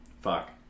fuck